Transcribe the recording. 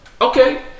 Okay